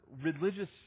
religious